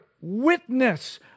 witness